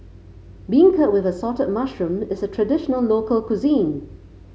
beancurd with assorted mushroom is a traditional local cuisine